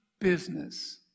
business